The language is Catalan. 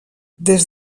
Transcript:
des